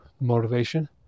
motivation